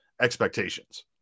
expectations